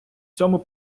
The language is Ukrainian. цьому